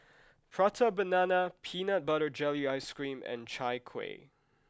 Prata banana peanut butter jelly ice cream and Chai Kueh